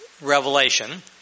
Revelation